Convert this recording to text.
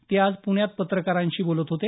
ते आज पुण्यात पत्रकारांशी बोलत होते